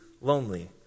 lonely